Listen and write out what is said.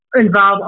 involve